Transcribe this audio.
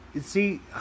see